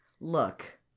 Look